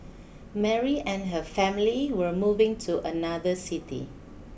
Mary and her family were moving to another city